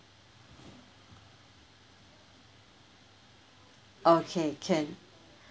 okay can